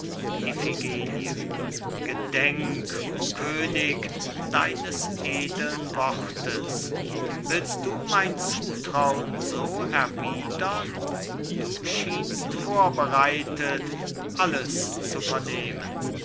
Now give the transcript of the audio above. gedenk o könig deines edeln wortes willst du mein zutraun so erwiedern du schienst vorbereitet alles zu vernehmen